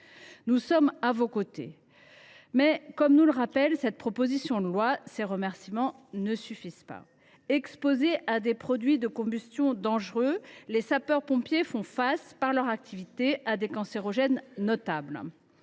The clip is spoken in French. nous sommes à vos côtés. Pour autant, comme nous le rappelle cette proposition de loi, ces remerciements ne suffisent pas. Exposés à des produits de combustion dangereux, les sapeurs pompiers font face, du fait de leur activité, à des substances